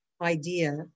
idea